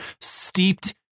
steeped